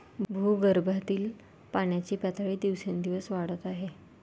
भूगर्भातील पाण्याची पातळी दिवसेंदिवस वाढत आहे